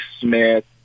Smith